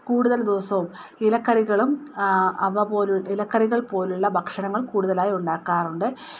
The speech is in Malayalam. കൂടുതൽ ദിവസവും ഇലക്കറികളും അവ പോലുള്ള ഇലക്കറികൾ പോലുള്ള ഭക്ഷണങ്ങൾ ഉണ്ടാക്കാറുണ്ട്